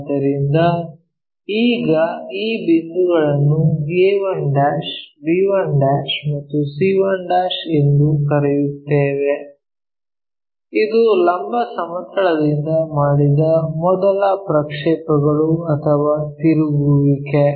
ಆದ್ದರಿಂದ ಈಗ ಈ ಬಿಂದುಗಳನ್ನು a1 b1 ಮತ್ತು c1 ಎಂದು ಕರೆಯುತ್ತೇವೆ ಇದು ಲಂಬ ಸಮತಲದಿಂದ ಮಾಡಿದ ಮೊದಲ ಪ್ರಕ್ಷೇಪಗಳು ಅಥವಾ ತಿರುಗುವಿಕೆ